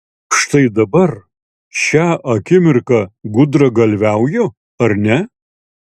štai dabar šią akimirką gudragalviauju ar ne